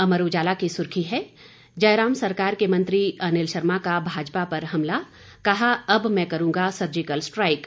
अमर उजाला की सुर्खी है जयराम सरकार के मंत्री अनिल शर्मा का भाजपा पर हमला कहा अब मैं करूंगा सर्जिकल स्ट्राइक